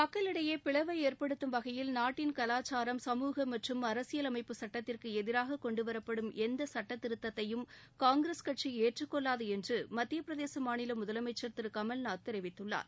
மக்களிடையே பிளவை ஏற்படுத்தும் வகையில் நாட்டின் கலாச்சாரம் சமூகம் மற்றும் அரசியலமைப்புச் சுட்டத்திற்கு எதிராக கொண்டு வரப்படும் எந்த சுட்டத் திருத்ததையும் காங்கிரஸ் கட்சி ஏற்றுக்கொள்ளாது என்று மத்தியப்பிரதேச மாநில முதலமைச்சர் திரு கமல்நாத் தெரிவித்துள்ளார்